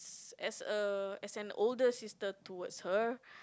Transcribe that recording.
as a as an older sister towards her